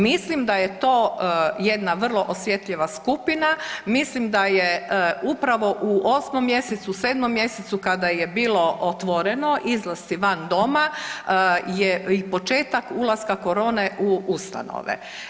Mislim da je to jedna vrlo osjetljiva skupina, mislim da je upravo u 8. mjesecu, 7. mjesecu kada je bilo otvoreno izlasci van doma je i početak ulaska korone u ustanove.